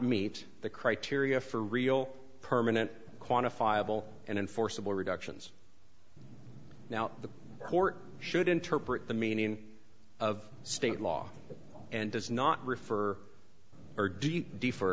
meet the criteria for real permanent quantifiable and enforceable reductions now the court should interpret the meaning of state law and does not refer or do you d